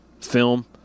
film